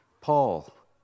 Paul